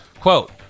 Quote